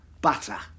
butter